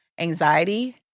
anxiety